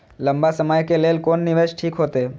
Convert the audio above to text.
लंबा समय के लेल कोन निवेश ठीक होते?